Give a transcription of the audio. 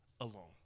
alone